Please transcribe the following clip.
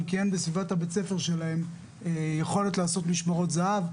כי אין בסביבת בית הספר שלהן יכולת לעושות משמרות זה"ב,